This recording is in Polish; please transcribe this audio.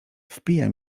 wpija